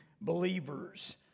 believers